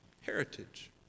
Heritage